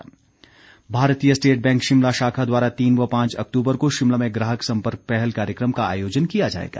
SBI Bharatiya state bank Shimla शाखा द्वारा तीन व चार अक्टूबर को शिमला में ग्राहक संपर्क पहल कार्यक्रम का आयोजन किया जाएगा